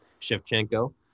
Shevchenko